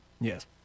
Yes